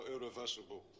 irreversible